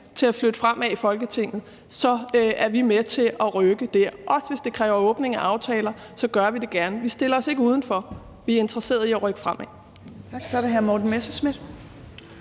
90 mandater fremad i Folketinget, at være med til at rykke der. Også hvis det kræver åbning af aftaler, gør vi det gerne. Vi stiller os ikke udenfor, vi er interesserede i at rykke fremad.